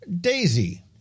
Daisy